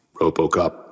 Robocop